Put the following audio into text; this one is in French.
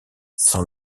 sans